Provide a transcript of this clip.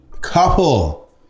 couple